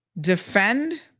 defend